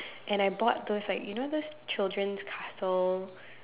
and I bought those like you know those children's castle